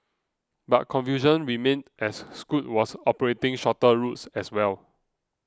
but confusion remained as Scoot was operating shorter routes as well